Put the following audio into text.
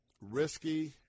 Risky